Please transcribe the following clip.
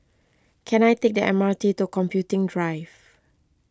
can I take the M R T to Computing Drive